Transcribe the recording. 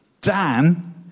Dan